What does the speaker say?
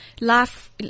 life